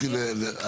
לא, לא.